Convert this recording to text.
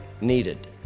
needed